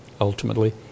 ultimately